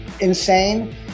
insane